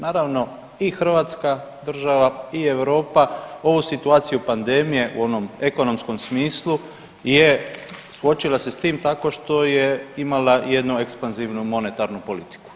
Naravno i Hrvatska država i Europa ovu situaciju pandemije u onom ekonomskom smislu je suočila se s tim tako što je imala jednu ekspanzivnu monetarnu politiku.